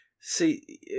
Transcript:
See